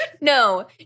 no